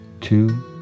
two